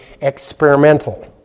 experimental